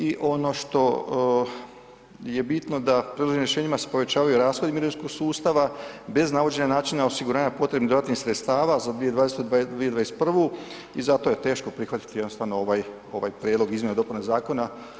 I ono što je bitno da predloženim rješenjima se povećavaju rashodi mirovinskog sustava bez navođenja načina osiguranja potrebnih dodatnih sredstava za 2020.-2021. i zato je teško prihvatiti jednostavno ovaj prijedlog izmjena i dopuna zakona.